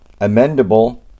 amendable